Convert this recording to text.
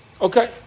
Okay